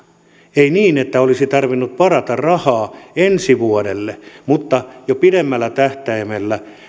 ei niin että olisi tarvinnut varata rahaa ensi vuodelle mutta jo pidemmällä tähtäimellä